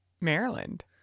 Maryland